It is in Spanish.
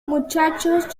muchachos